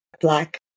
black